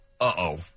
uh-oh